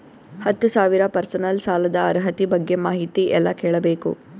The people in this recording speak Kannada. ಹತ್ತು ಸಾವಿರ ಪರ್ಸನಲ್ ಸಾಲದ ಅರ್ಹತಿ ಬಗ್ಗೆ ಮಾಹಿತಿ ಎಲ್ಲ ಕೇಳಬೇಕು?